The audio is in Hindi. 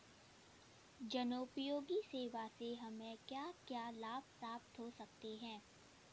जनोपयोगी सेवा से हमें क्या क्या लाभ प्राप्त हो सकते हैं?